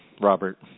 Robert